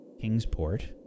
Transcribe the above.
Kingsport